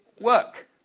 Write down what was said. work